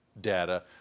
data